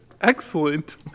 Excellent